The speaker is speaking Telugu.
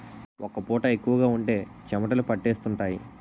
ఒక్క పూత ఎక్కువగా ఉంటే చెమటలు పట్టేస్తుంటాయి